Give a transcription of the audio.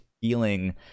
feeling